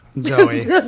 Joey